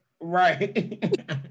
right